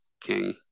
king